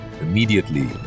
Immediately